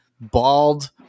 bald